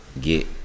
get